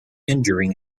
injuring